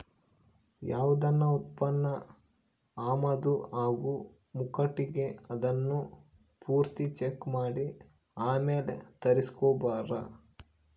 ಯಾವ್ದನ ಉತ್ಪನ್ನ ಆಮದು ಆಗೋ ಮುಂಕಟಿಗೆ ಅದುನ್ನ ಪೂರ್ತಿ ಚೆಕ್ ಮಾಡಿ ಆಮೇಲ್ ತರಿಸ್ಕೆಂಬ್ತಾರ